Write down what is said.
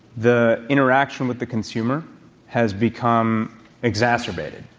the interaction with the consumer has become exacerbated.